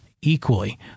equally